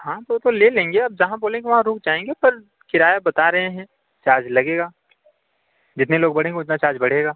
हाँ तो तो ले लेंगे आप जहाँ बोलेंगे वहाँ रुक जाएँगे पर किराया बता रहे हैं चार्ज लगेगा जितने लोग बढ़ेंगे उतना चार्ज बढ़ेगा